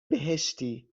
بهشتی